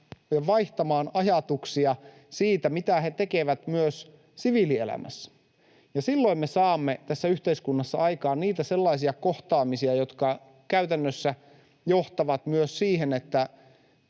vaihtamaan ajatuksia myös siitä, mitä he tekevät siviilielämässä. Silloin me saamme tässä yhteiskunnassa aikaan niitä sellaisia kohtaamisia, jotka käytännössä johtavat myös siihen, että